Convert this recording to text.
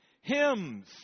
hymns